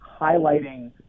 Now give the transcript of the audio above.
highlighting